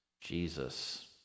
Jesus